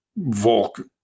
Volk